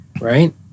right